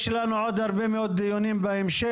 יש לנו עוד הרבה מאוד דיונים בהמשך.